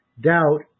Doubt